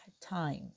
time